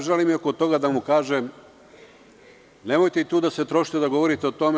Želim oko toga da mu kažem – nemojte i tu da se trošite, da govorite o tome.